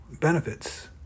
benefits